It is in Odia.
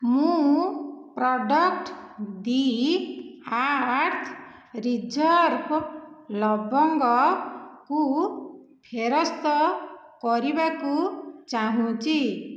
ମୁଁ ପ୍ରଡ଼କ୍ଟ୍ ଦି ଆର୍ଥ ରିଜର୍ଭ ଲବଙ୍ଗକୁ ଫେରସ୍ତ କରିବାକୁ ଚାହୁଁଛି